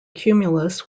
cumulus